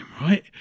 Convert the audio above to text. right